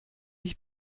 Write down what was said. ich